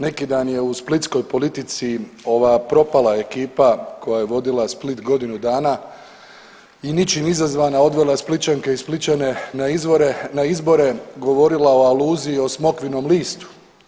Neki dan je u splitskoj politici ova propala ekipa koja je vodila Split godinu dana i ničim izazvana odvela Splićanke i Splićane na izbore govorila o aluziji, o smokvinom listu.